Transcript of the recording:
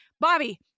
Bobby